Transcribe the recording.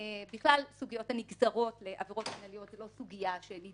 בכלל, סוגיית הנגזרות לעבירות מינהליות לא נידונה.